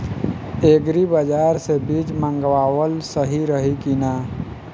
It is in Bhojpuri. एग्री बाज़ार से बीज मंगावल सही रही की ना?